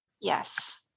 Yes